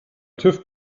tüv